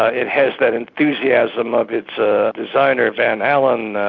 ah it has that enthusiasm of its ah designer, van alen,